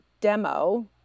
demo